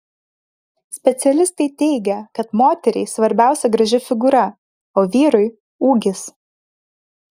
specialistai teigia kad moteriai svarbiausia graži figūra o vyrui ūgis